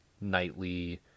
nightly